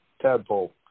tadpole